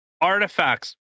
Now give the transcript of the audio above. artifacts